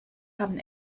haben